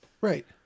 Right